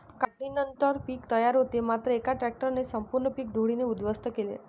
काढणीनंतर पीक तयार होते मात्र एका ट्रकने संपूर्ण पीक धुळीने उद्ध्वस्त केले